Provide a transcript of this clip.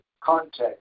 context